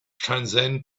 transcend